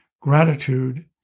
gratitude